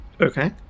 Okay